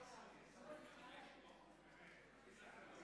הוא אמר את שלו